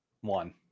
One